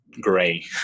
gray